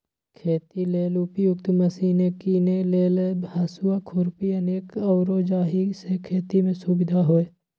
खेती लेल उपयुक्त मशिने कीने लेल हसुआ, खुरपी अनेक आउरो जाहि से खेति में सुविधा होय